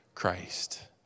Christ